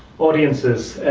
audiences.